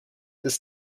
this